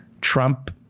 Trump